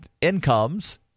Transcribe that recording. incomes